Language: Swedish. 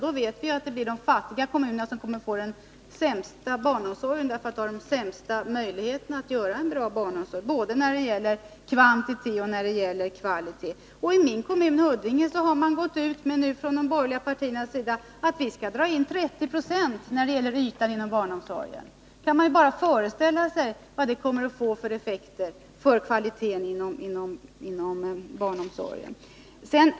Då vet vi att det blir de fattiga kommunerna som får den sämsta barnomsorgen, därför att de har minst möjligheter att åstadkomma en bra barnomsorg både i fråga om kvantitet och kvalitet. I min hemkommun, Huddinge, har man gått ut från de borgerliga partiernas sida med förslag om en 3C-procentig minskning av ytstandarden. Man kan ju föreställa sig vilka effekter det kommer att få för kvaliteten inom barnomsorgen.